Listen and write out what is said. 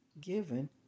given